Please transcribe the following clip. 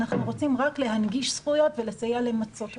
אנחנו רוצים רק להנגיש זכויות ולסייע למצות אותם.